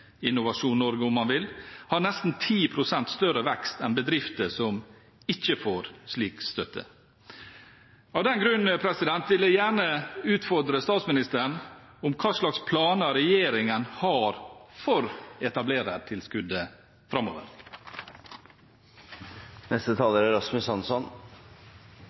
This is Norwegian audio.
Innovasjon Norge, om man vil – har nesten 10 pst. større vekst enn bedrifter som ikke får slik støtte. Av den grunn vil jeg gjerne utfordre statsministeren på hvilke planer regjeringen har for etablerertilskuddet